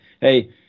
hey